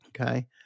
okay